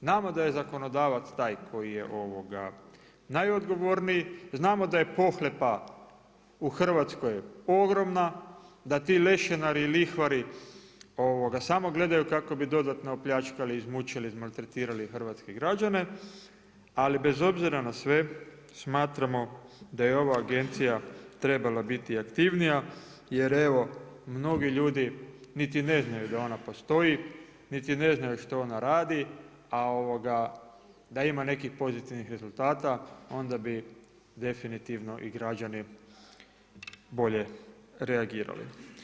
Znamo da je zakonodavac taj koji je najodgovorniji, znamo da je pohlepa u Hrvatskoj ogromna, da ti lešinari i lihvari samo gledaju kako bi dodatno opljačkali, izmučili, izmaltretirali hrvatske građane ali bez obzira na sve smatramo da je ova agencija trebala biti aktivnija jer evo mnogi ljudi niti ne znaju da ona postoji niti ne znaju što ona radi a da ima nekih pozitivnih rezultata onda bi definitivno i građani bolje reagirali.